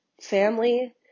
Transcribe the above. family